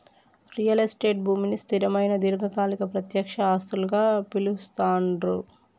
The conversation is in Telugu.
రియల్ ఎస్టేట్ భూమిని స్థిరమైన దీర్ఘకాలిక ప్రత్యక్ష ఆస్తులుగా పిలుత్తాండ్లు